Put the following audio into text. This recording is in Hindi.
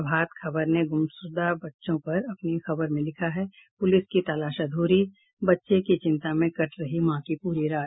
प्रभात खबर ने गुमशुदा बच्चों पर अपनी खबर में लिखा है प्रलिस की तलाश अध्री बच्चे की चिंता में कट रही मां की पूरी रात